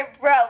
bro